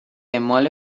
اعمال